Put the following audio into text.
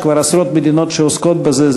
יש כבר עשרות מדינות שעוסקות בזה.